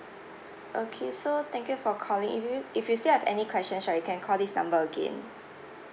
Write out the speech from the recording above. okay so thank you for calling if you if you still have any questions right you can call this number again